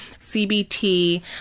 CBT